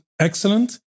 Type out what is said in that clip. excellent